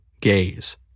gaze